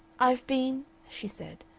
i've been, she said,